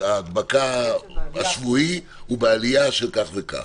ההדבקה השבועי הוא בעלייה של כך וכך.